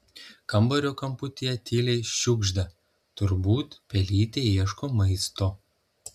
kambario kamputyje tyliai šiugžda turbūt pelytė ieško maisto